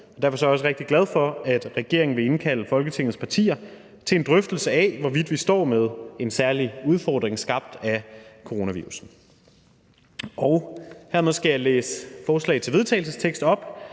derfor er jeg også rigtig glad for, at regeringen vil indkalde Folketingets partier til en drøftelse af, hvorvidt vi står med en særlig udfordring skabt af coronavirussen. Hermed skal jeg så på vegne af Socialdemokratiet,